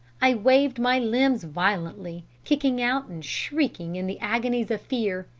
i waved my limbs violently, kicking out and shrieking in the agonies of fear.